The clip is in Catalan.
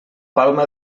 palma